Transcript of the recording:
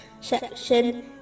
section